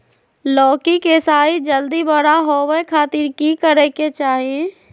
लौकी के साइज जल्दी बड़ा होबे खातिर की करे के चाही?